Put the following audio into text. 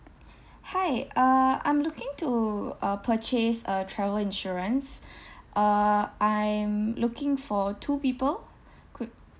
hi uh I'm looking to uh purchase a travel insurance uh I'm looking for two people could